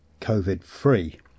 COVID-free